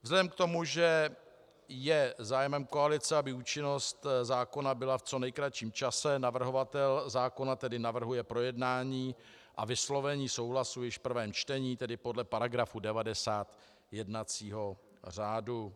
Vzhledem k tomu, že je zájmem koalice, aby účinnost zákona byla v co nejkratším čase, navrhovatel zákona tedy navrhuje projednání a vyslovení souhlasu již v prvém čtení, tedy podle § 90 jednacího řádu.